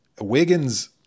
Wiggins